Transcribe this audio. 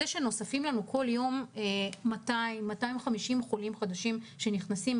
זה שנוספים לנו כל יום 250-200 חולים חדשים,